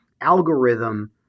algorithm